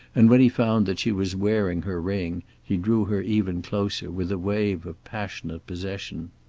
and when he found that she was wearing her ring he drew her even closer, with a wave of passionate possession.